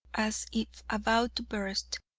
as if about to burst,